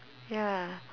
ya